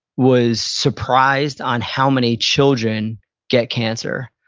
was surprised on how many children get cancer.